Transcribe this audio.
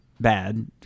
bad